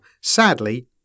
Sadly